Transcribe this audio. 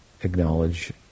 acknowledge